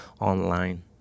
online